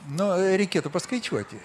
nu reikėtų paskaičiuoti